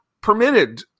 permitted